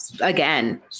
again